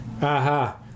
Aha